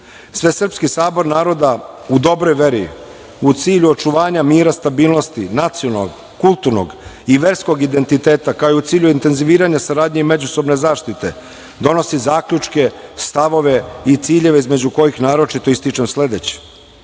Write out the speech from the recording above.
jedinstvo. Svesrpski sabor naroda u dobroj veri, u cilju očuvanja mira, stabilnosti, nacionalnog, kulturnog i verskog identiteta, kao i u cilju intenziviranja saradnje i međusobne zaštite, donosi zaključke, stavove i ciljeve između kojih naročito ističem sledeće:-